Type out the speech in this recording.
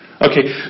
Okay